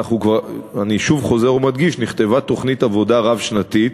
אני שוב חוזר ומדגיש: נכתבה תוכנית עבודה רב-שנתית